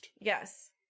Yes